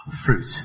fruit